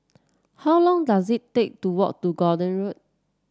how long dose it take to walk to Gordon Road